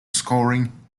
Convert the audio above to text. scoring